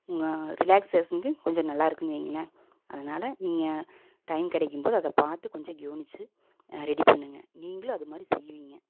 உங்கள் ரிலாக்ஸேஷனுக்கு கொஞ்சம் நல்லா இருக்குதுனு வைங்களேன் அதனால நீங்கள் டைம் கிடைக்கும் போது அதை பார்த்து கொஞ்சம் கவுனிச்சி ரெடி பண்ணுங்க நீங்களும் அது மாதிரி செய்விங்க